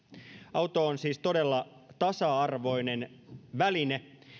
auto on siis todella tasa arvoinen väline